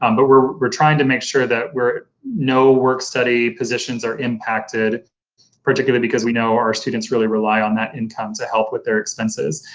um but we're we're trying to make sure that we're no work-study positions are impacted particularly because we know our students really rely on that income to help with their expenses.